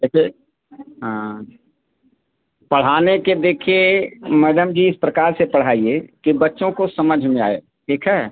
देखिए हाँ पढ़ाने के देखिए मैडम जी इस प्रकार से पढ़ाइए कि बच्चों को समझ में आए ठीक है